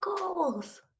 goals